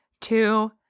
two